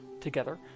Together